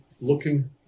looking